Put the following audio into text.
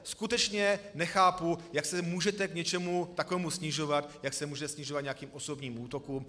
Skutečně nechápu, jak se můžete k něčemu takovému snižovat, jak se můžete snižovat k nějakým osobním útokům.